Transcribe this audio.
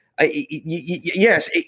Yes